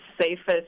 safest